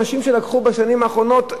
אנשים שלקחו בשנים האחרונות,